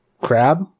crab